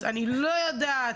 אז אני לא יודעת